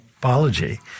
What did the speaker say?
biology